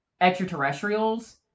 extraterrestrials